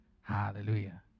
Hallelujah